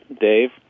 Dave